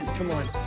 come on.